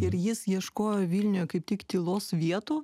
ir jis ieškojo vilniuje kaip tik tylos vietų